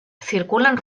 circulan